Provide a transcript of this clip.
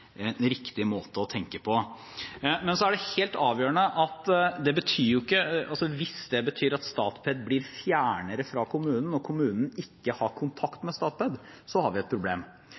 riktig måte å tenke på. Men så er det helt avgjørende at hvis det betyr at Statped blir fjernere fra kommunen og kommunen ikke har kontakt med Statped, har vi et problem.